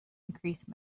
increase